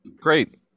great